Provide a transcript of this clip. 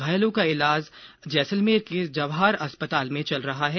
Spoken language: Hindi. घायलों का इलाज जैसलमेर के जवाहर अस्पताल में चल रहा है